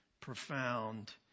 profound